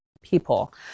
people